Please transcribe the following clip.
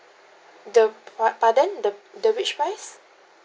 the bu~ but then the the which price